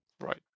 Right